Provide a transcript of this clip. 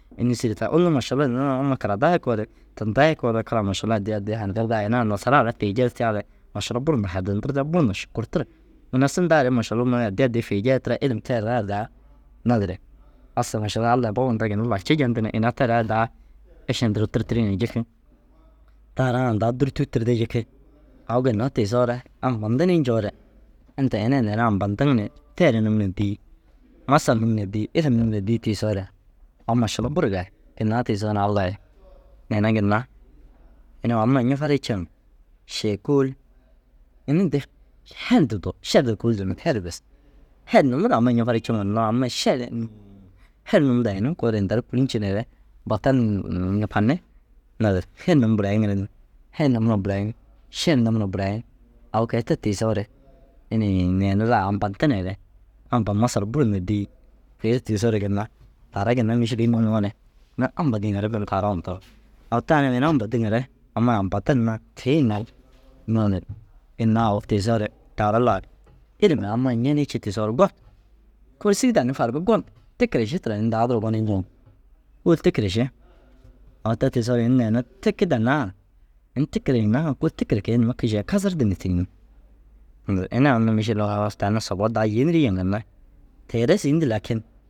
Înni sîri te unnu mašalla nuŋu na amma karadai koore, tindai koore kira mašalla addii addii hanadirdaa ina ara nasaraa ra fi jeetiraare mašalla buru na hardintirde buru na šukurtir. Ina sudaa re mašalla mura addii addii fi jeetire ilim tee re raa daa naazire assa mašalla Allai baba ndiraa ginna lanci jenti ni ina tee re raa daa iše nduruu tirtirii na jiki. Taa ra raa ni daa dûrtug tirdii jiki. Au ginna tiisoore ampandinii ncoore inta ini ai neere ampantiŋ ni feere num na dîi. Masal num na dîi ilim num na dîi tiisoore au mašalla buru gali. Ginna tiisoo na Allai neere ginna inuu amai ncufarii ciŋa še kôoli ini hundu herdu du šerdu kôoli durummi heri bes. Her num ru amai ncufarii ciŋa hinnoo amai šer ni her num daginne koore inta ru kûlincineere batan nñufanni. Nazire her num burayiŋire ni her num na burayiŋ, šer num na burayiŋ. Au koi te tiisoore inii neere zaga ampantineere ampa masal buru na dîi. Teri tiisoore ginna taara ginna mîšil înni nuŋore? Ini ampa dîŋare taara ndir. Au taani na ini ampa dîŋa re amai ampa din na fii na naazire ini naana au tiisoore taara lau ilim ri ammai ncenii tiisoore gon. Kôoli sîri danni farimmi gon. Tikire ši tira ini dau duro gonii nciŋa kôoli tikire ši. Au te tiisoore ini neere tiki dannaa ŋa ini tikire hinnaa ŋa kôoli tikire geenimmi. Kišee kasar duro na tînimmi. Naazire ini ai unnu mîšil au halas tani sobou daa yênirii jiŋa ginna teere sîindi lakin